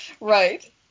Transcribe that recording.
Right